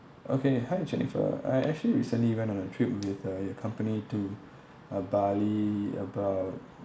okay hi jennifer I actually recently went on a trip with uh your company to uh bali about